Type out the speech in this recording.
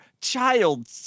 child